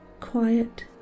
quiet